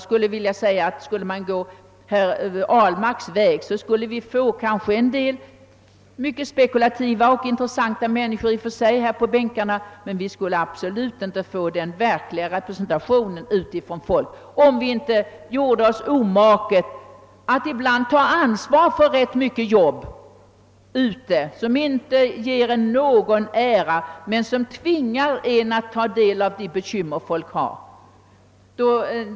Skulle man gå herr Ahlmarks väg, skulle man kanske få en del spekulativa och i och för sig intressanta människor här på bänkarna men inte någon verklig representation för folket. Vi måste ibland göra oss omaket att ta ansvar för rätt många saker som inte ger oss någon ära men som tvingar oss att ta del av de bekymmer folk har.